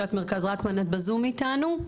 ראשת מרכז רקמן, את בזום איתנו?